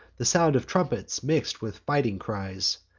the sound of trumpets mix'd with fighting cries.